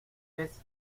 ves